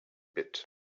bit